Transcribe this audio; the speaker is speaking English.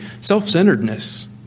Self-centeredness